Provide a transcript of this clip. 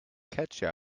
catchy